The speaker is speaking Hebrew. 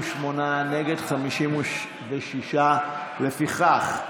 56. לפיכך,